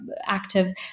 active